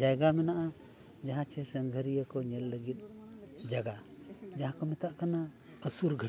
ᱡᱟᱭᱜᱟ ᱢᱮᱱᱟᱜᱼᱟ ᱡᱟᱦᱟᱸ ᱡᱮ ᱥᱟᱸᱜᱷᱟᱨᱤᱭᱟᱹ ᱠᱚ ᱧᱮᱞ ᱞᱟᱹᱜᱤᱫ ᱡᱟᱜᱭᱟ ᱡᱟᱦᱟᱸ ᱠᱚ ᱢᱮᱛᱟᱜ ᱠᱟᱱᱟ ᱚᱥᱩᱨ ᱜᱷᱟᱹᱴᱤ